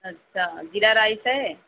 اچھا زیرا رائس ہے